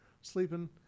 sleeping